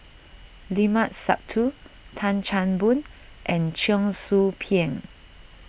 Limat Sabtu Tan Chan Boon and Cheong Soo Pieng